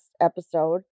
episode